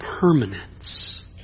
permanence